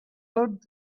thought